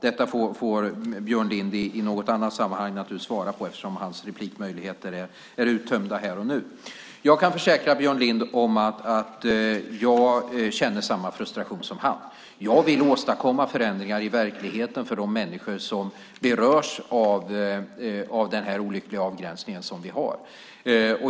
Detta får Björn Lind i annat sammanhang svara på eftersom hans möjligheter till inlägg här och nu är uttömda. Jag kan försäkra Björn Lind om att jag känner samma frustration som han. Jag vill åstadkomma förändringar i verkligheten för de människor som berörs av den olyckliga avgränsning som vi har.